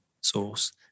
source